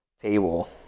table